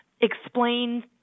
explain